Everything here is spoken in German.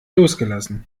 losgelassen